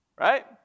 Right